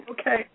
Okay